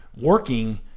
working